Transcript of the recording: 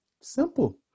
Simple